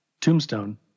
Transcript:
tombstone